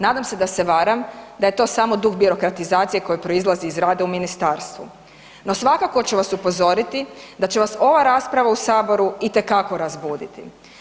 Nadam se da se varam, da je to samo dug birokratizacije koji proizlazi iz rada u ministarstvu, no svakako ću vas upozoriti da će vas ova rasprava u Saboru itekako razbuditi.